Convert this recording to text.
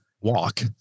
walk